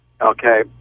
Okay